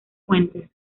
fuentes